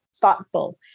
thoughtful